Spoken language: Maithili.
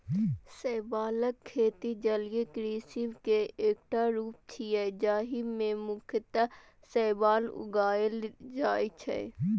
शैवालक खेती जलीय कृषि के एकटा रूप छियै, जाहि मे मुख्यतः शैवाल उगाएल जाइ छै